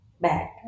back